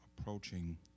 approaching